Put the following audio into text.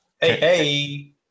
Hey